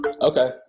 Okay